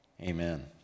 Amen